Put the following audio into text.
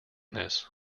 this